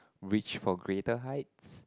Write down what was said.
reach for greater heights